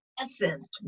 essence